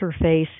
interface